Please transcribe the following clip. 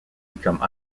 become